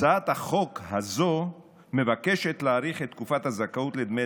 הצעת החוק הזו מבקשת להאריך את תקופת הזכאות לדמי